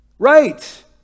right